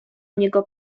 niego